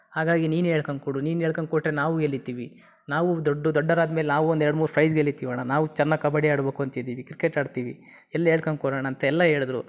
ಹಾಗಾಗಿ ನೀನೇ ಹೇಳ್ಕಂಡ್ ಕೊಡು ನೀನು ಹೇಳ್ಕಂಡ್ ಕೊಟ್ಟರೆ ನಾವೂ ಗೆಲ್ಲುತೀವಿ ನಾವೂ ದೊಡ್ಡ ದೊಡ್ಡೋರಾದ ಮೇಲೆ ನಾವೂ ಒಂದು ಎರಡು ಮೂರು ಫ್ರೈಝ್ ಗೆಲ್ಲುತೀವಿ ಅಣ್ಣ ನಾವೂ ಚೆನ್ನಾಗಿ ಕಬಡ್ಡಿ ಆಡ್ಬೇಕು ಅಂತ ಇದ್ದೀವಿ ಕ್ರಿಕೆಟ್ ಆಡ್ತೀವಿ ಎಲ್ಲ ಹೇಳ್ಕಂಡು ಕೊಡೋಣ ಅಂತ ಎಲ್ಲ ಹೇಳಿದ್ರು